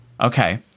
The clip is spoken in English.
Okay